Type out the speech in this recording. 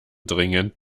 dringend